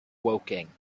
woking